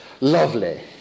lovely